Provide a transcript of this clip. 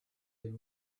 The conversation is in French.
être